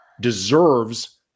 deserves